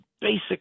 basic